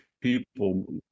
people